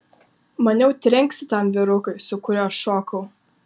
maniau trenksi tam vyrukui su kuriuo šokau